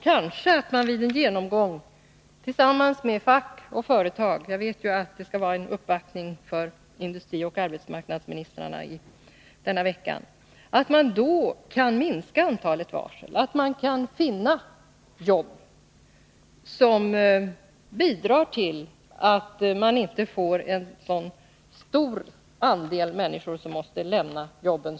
Kanske kan man vid en genomgång tillsammans med fack och företag — jag vet att det skall göras en uppvaktning hos industrioch arbetsmarknadsministrarna denna vecka — minska antalet varsel och finna jobb, som bidrar till att det inte blir en så stor andel människor som måste lämna jobben.